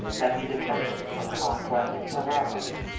that he descended from conquest to robbery,